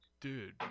Dude